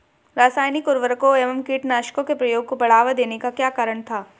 रासायनिक उर्वरकों व कीटनाशकों के प्रयोग को बढ़ावा देने का क्या कारण था?